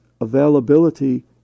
availability